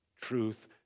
truth